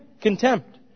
contempt